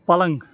پلنٛگ